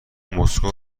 مسکو